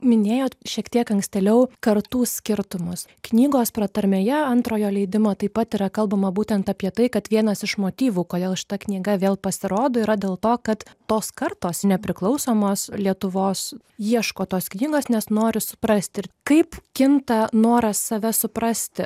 minėjot šiek tiek ankstėliau kartų skirtumus knygos pratarmėje antrojo leidimo taip pat yra kalbama būtent apie tai kad vienas iš motyvų kodėl šita knyga vėl pasirodo yra dėl to kad tos kartos nepriklausomos lietuvos ieško tos knygos nes nori suprasti ir kaip kinta noras save suprasti